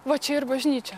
va čia ir bažnyčia